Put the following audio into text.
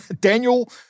Daniel